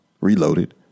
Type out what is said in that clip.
Reloaded